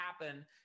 happen